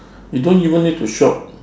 you don't even need to shop